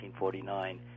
1949